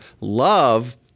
love